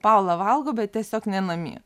paula valgo bet tiesiog ne namie